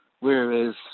whereas